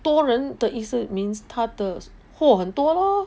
多人的意思 means 他的货很多 lor